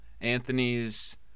anthony's